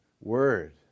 word